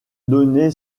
donné